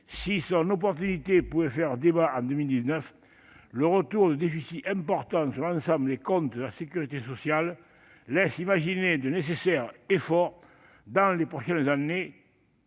Si son opportunité pouvait faire débat en 2019, le retour de déficits importants dans l'ensemble des comptes de la sécurité sociale laisse imaginer quels efforts seront nécessaires